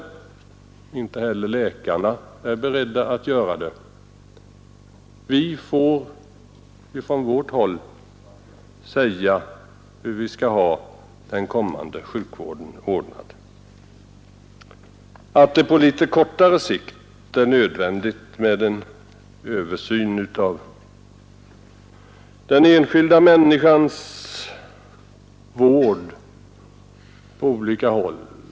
Inte heller läkarna är beredda att göra det. Vi får från vårt håll säga hur vi skall ha den kommande sjukvården ord nad. Jag tycker det är klart att det på litet kortare sikt är nödvändigt med en översyn av den enskilda människans vård på olika håll.